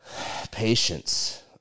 patience